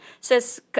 Says